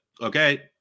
okay